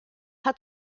had